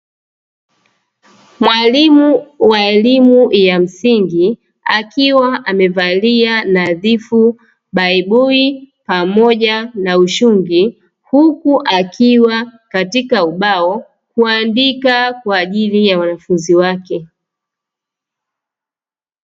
Mwalimu wa elimu ya msingi akiwa amevalia nadhifu baibui pamoja na ushungi, huku akiwa katika ubao kuandika kwa ajili ya wanafunzi wake.